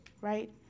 right